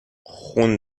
خون